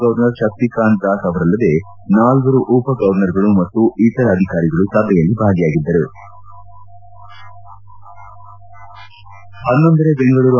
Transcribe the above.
governor Shaktikanta Das ಅವರಲ್ಲದೆ ನಾಲ್ವರು ಉಪ ಗೌರ್ನರ್ ಗಳು ಮತ್ತು ಇತರ ಅಧಿಕಾರಿಗಳು ಸಭೆಯಲ್ಲಿ ಭಾಗಿಯಾಗಿದ್ದರು